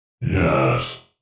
Yes